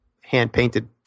hand-painted